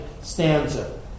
stanza